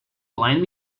lend